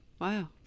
Wow